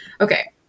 okay